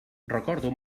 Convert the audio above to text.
recordo